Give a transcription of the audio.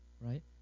right